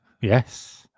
Yes